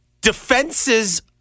defenses